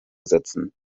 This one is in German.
setzen